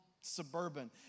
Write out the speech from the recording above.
suburban